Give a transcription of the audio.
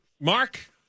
Mark